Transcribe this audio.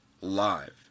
live